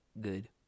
good